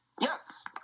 Yes